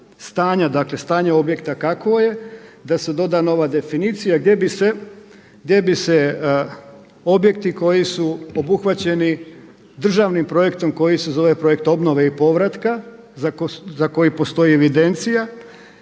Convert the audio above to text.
stanja objekta kakvo je da se doda nova definicija gdje bi se objekti koji su obuhvaćeni državnim projektom koji se zove projekt obnove i povratka za koji postoji evidencija